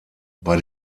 bei